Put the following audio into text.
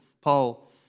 Paul